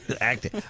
Acting